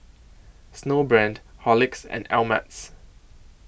Snowbrand Horlicks and Ameltz